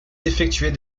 effectuer